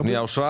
הפניות אושרו.